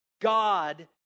God